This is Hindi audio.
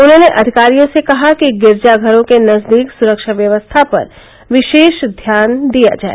उन्होंने अधिकारियों से कहा कि गिरजाघरों के नजदीक सुरक्षा व्यवस्था पर विशेष ध्यान दिया जाए